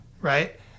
Right